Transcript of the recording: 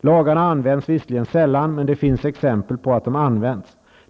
Lagarna används visserligen sällan, men det finns exempel på att de har används.